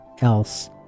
else